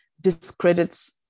discredits